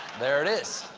there it is.